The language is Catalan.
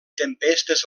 tempestes